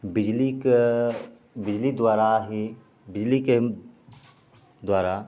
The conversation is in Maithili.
बिजलीके बिजली द्वारा ही बिजलीके द्वारा